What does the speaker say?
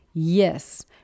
Yes